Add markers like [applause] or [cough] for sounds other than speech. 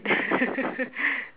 [laughs]